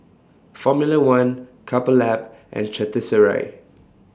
Formula one Couple Lab and Chateraise